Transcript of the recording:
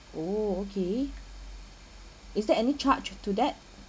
oh okay is there any charge to that